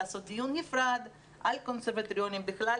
לעשות דיון נפרד על קונסרבטוריונים בכלל,